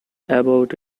about